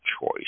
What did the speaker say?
choice